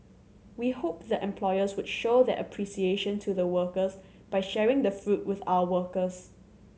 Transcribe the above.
we hope the employers would show their appreciation to the workers by sharing the fruit with our workers